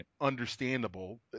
understandable